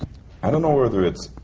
i don't know whether it's